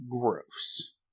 gross